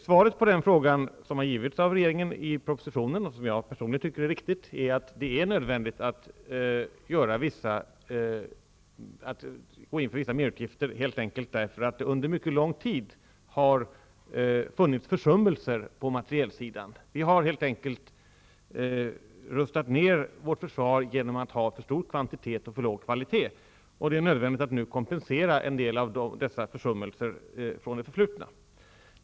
Svaret på den frågan, som har givits av regeringen i propositionen och som jag personligen tycker är riktigt, är att det är nödvändigt att gå in för vissa merutgifter helt enkelt därför att det under mycket lång tid har funnits försummelser på materielsidan. Vi har helt enkelt rustat ned vårt försvar genom att ha för stor kvantitet och för låg kvalitet, och det är nödvändigt att nu kompensera en del av dessa försummelser från det förflutna.